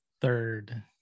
third